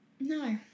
no